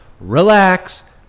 Relax